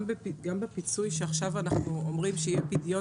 גם בפיצוי שעכשיו אנחנו אומרים שיהיה פדיון